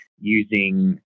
using